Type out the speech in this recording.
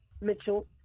Mitchell